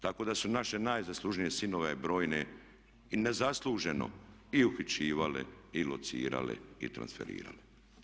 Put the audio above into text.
Tako da su naše najzaslužnije sinove brojne i nezasluženo uhićivale i locirale i transferirale.